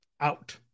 out